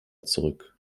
zurück